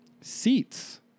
Seats